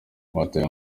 batawe